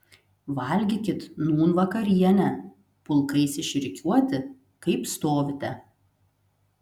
valgykit nūn vakarienę pulkais išrikiuoti kaip stovite